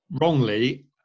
wrongly